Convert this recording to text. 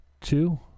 two